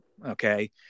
Okay